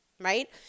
right